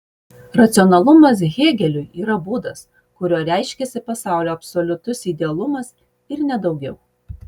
racionalumas hėgeliui yra būdas kuriuo reiškiasi pasaulio absoliutus idealumas ir ne daugiau